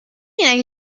اگه